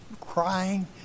crying